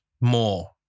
more